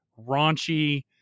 raunchy